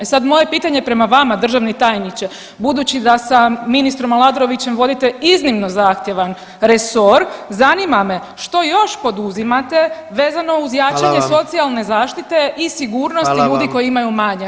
E sad moje pitanje prema vama državni tajniče, budući da sa ministrom Aladrovićem vodite iznimno zahtjeva resor zanima me što još poduzimate vezano uz jačanje [[Upadica predsjednik: Hvala vam.]] socijalne zaštite i sigurnosti ljudi koji imaju manje?